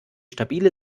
stabile